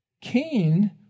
Cain